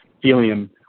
Helium